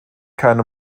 keine